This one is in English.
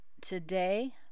today